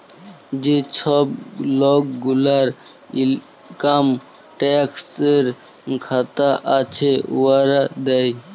যে ছব লক গুলার ইলকাম ট্যাক্সের খাতা আছে, উয়ারা দেয়